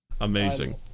Amazing